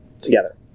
together